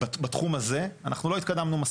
בתחום הזה אנחנו לא התקדמנו מספיק.